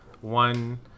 one